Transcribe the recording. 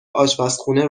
آشپزخونه